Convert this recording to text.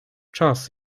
czas